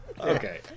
Okay